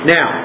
Now